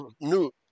new